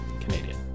Canadian